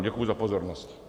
Děkuji za pozornost.